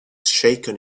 shaken